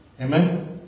Amen